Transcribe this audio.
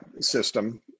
system